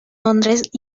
londres